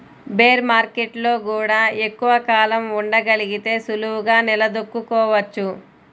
bear మార్కెట్టులో గూడా ఎక్కువ కాలం ఉండగలిగితే సులువుగా నిలదొక్కుకోవచ్చు